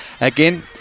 again